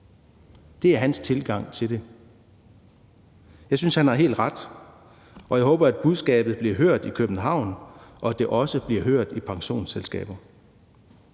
Det er hans tilgang til det. Jeg synes, han har helt ret, og jeg håber, at budskabet bliver hørt i København, og at det også bliver hørt i pensionsselskaberne.